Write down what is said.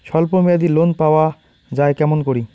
স্বল্প মেয়াদি লোন পাওয়া যায় কেমন করি?